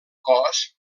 cos